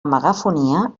megafonia